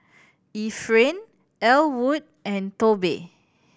Efrain Ellwood and Tobe